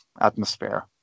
atmosphere